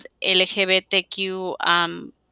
LGBTQ+